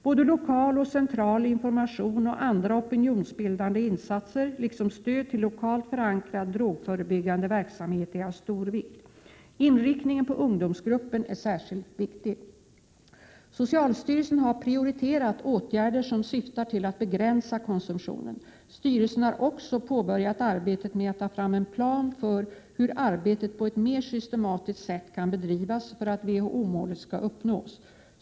Både lokal och central information och andra opinionsbildande insatser, liksom stöd till lokalt förankrad drogförebyggande verksamhet, är av stor vikt. Inriktningen på ungdomsgruppen är särskilt viktig. Socialstyrelsen har prioriterat åtgärder som syftar till att begränsa konsumtionen. Styrelsen har också påbörjat arbetet med att ta fram en plan för hur arbetet på ett mer systematiskt sätt kan bedrivas för att WHO-målet skall uppnås.